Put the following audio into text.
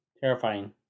terrifying